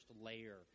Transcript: layer